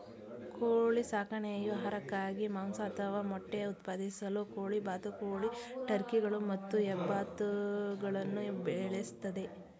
ಕೋಳಿ ಸಾಕಣೆಯು ಆಹಾರಕ್ಕಾಗಿ ಮಾಂಸ ಅಥವಾ ಮೊಟ್ಟೆ ಉತ್ಪಾದಿಸಲು ಕೋಳಿ ಬಾತುಕೋಳಿ ಟರ್ಕಿಗಳು ಮತ್ತು ಹೆಬ್ಬಾತುಗಳನ್ನು ಬೆಳೆಸ್ತದೆ